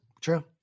true